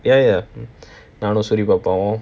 ya ya mm நானும் சூரி பாப்பாவும்:naanum soori papavum